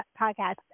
podcast